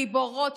גיבורות,